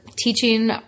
Teaching